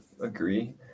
agree